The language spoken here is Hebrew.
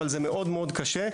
אבל זה מאוד קשה,